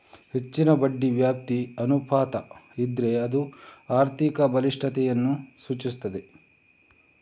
ಹೆಚ್ಚಿನ ಬಡ್ಡಿ ವ್ಯಾಪ್ತಿ ಅನುಪಾತ ಇದ್ರೆ ಅದು ಆರ್ಥಿಕ ಬಲಿಷ್ಠತೆಯನ್ನ ಸೂಚಿಸ್ತದೆ